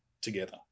together